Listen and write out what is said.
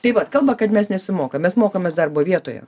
taip pat kalba kad mes nesimokom mokomės darbo vietoje